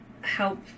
help